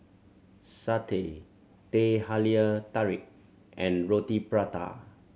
satay Teh Halia Tarik and Roti Prata